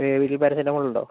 ഏ വീട്ടിൽ പാരസെറ്റാമോൾ ഉണ്ടോ